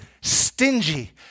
stingy